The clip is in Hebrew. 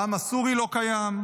העם הסורי לא קיים,